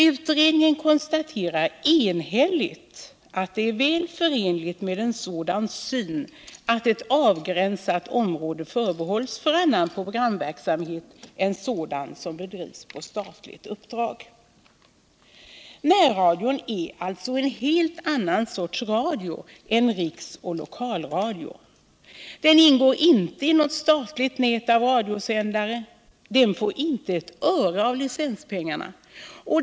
Utredningen konstaterar enhälligt att det är väl förenligt med en sådan syn att ett avgränsat område förbehålls annan programverksamhet än sådan som bedrivs på statligt uppdrag. Närradion är alltså en helt annan sorts radio än riksoch lokalradion. Den ingår inte i något statligt nät av radiosändare, och den får inte ett öre av licenspengarna.